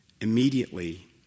Immediately